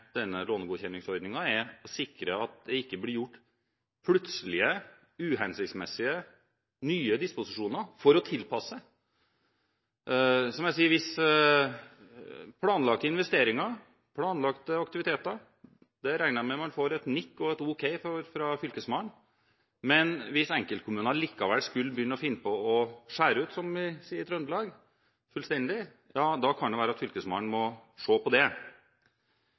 denne lånegodkjenningsordningen er å sikre at det ikke blir gjort plutselige, uhensiktsmessige nye disposisjoner for å tilpasse. Planlagte investeringer, planlagte aktiviteter, regner jeg med man får et nikk og et ok for fra Fylkesmannen, men hvis enkeltkommuner likevel skulle finne på å «skjære ut» – som vi sier i Trøndelag – fullstendig, så kan det hende at Fylkesmannen må se på det.